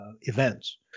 events